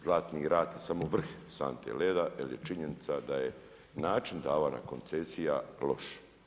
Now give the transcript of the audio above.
Zlatni rat je samo vrh sante leda, jer je činjenica da je način davanja koncesija loš.